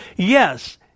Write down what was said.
Yes